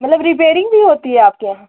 मतलब रिपेयरिंग भी होती हैं आपके यहाँ